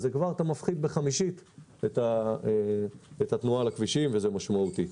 אז כבר אתה מפחית בחמישית את התנועה על הכבישים וזה משמעותי.